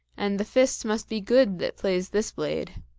and the fist must be good that plays this blade.